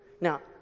Now